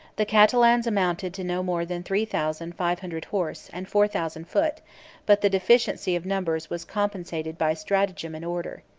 the catalans amounted to no more than three thousand five hundred horse, and four thousand foot but the deficiency of numbers was compensated by stratagem and order.